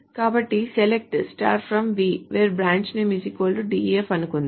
కాబట్టి select from v where branch name DEF అనుకుందాం